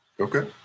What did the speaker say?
Okay